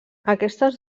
aquestes